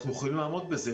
אנחנו יכולים לעמוד בזה.